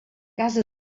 casa